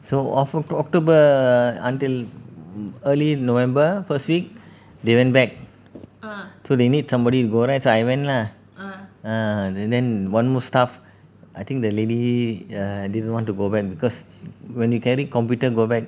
so of~ october until early november first week they went back so they need somebody to go there so I went lah ah and then one more staff I think the lady err didn't want to go back because when you carry computer go back